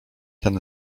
ten